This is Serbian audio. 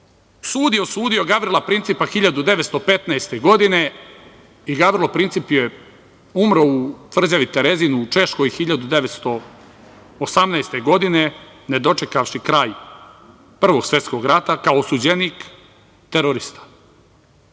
Sud je osudio Gavrila Principa 1915. godine i Gavrilo Princip je umro u tvrđavi Terezin u Češkoj 1918. godine ne dočekavši kraj Prvog svetskog rata kao osuđenik, terorista.